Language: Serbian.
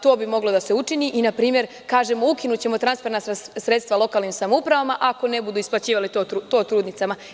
To bi moglo da se učini i na primer kažemo – ukinućemo transferna sredstva lokalnim samoupravama ako ne budu isplaćivali to trudnicama.